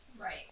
Right